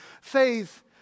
Faith